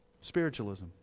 Spiritualism